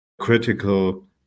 critical